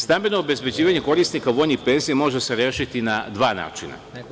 Stambeno obezbeđivanje korisnika vojnih penzija može se rešiti na dva načina.